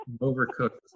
overcooked